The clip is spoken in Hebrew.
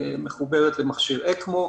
מחוברת למכשיר אקמו,